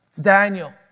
Daniel